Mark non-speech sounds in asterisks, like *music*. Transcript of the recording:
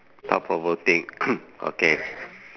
thought provoking *coughs* okay